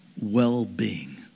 well-being